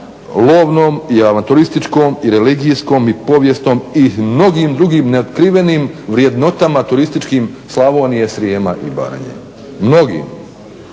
lovnom i avanturističkom i religijskom i povijesnom i mnogim drugim neotkrivenim vrednotama turističkim Slavonije, Srijema i Baranje, mnogim